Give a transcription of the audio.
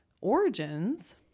origins